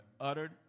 uttered